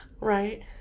Right